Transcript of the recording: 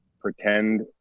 pretend